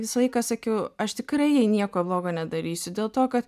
visą laiką sakiau aš tikrai jai nieko blogo nedarysiu dėl to kad